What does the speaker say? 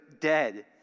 dead